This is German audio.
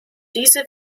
diese